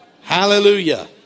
Hallelujah